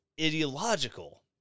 ideological